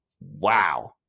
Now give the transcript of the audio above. wow